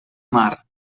mar